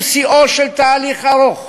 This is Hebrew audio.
הוא שיאו של תהליך ארוך,